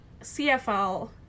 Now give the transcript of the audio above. CFL